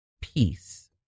peace